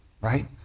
right